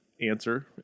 answer